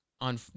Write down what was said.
on